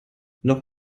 noch